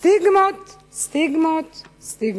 סטיגמות, סטיגמות, סטיגמות.